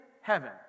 heaven